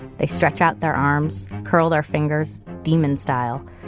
they stretch out their arms, curl their fingers, demon style,